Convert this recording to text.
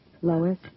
Lois